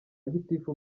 gitifu